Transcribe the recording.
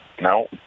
No